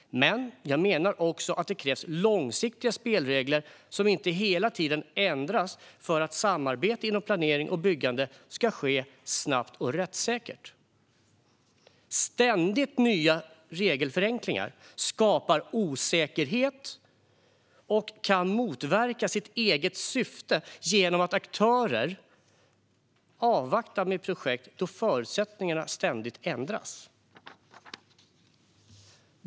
Jag menar dock att det också krävs långsiktiga spelregler, som inte hela tiden ändras, för att samarbete inom planering och byggande ska ske snabbt och rättssäkert. Ständigt nya regelförenklingar skapar osäkerhet och kan motverka sitt eget syfte genom att aktörer avvaktar med projekt då förutsättningarna ständigt ändras.